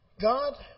God